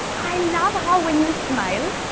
i love how when you smile,